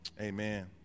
amen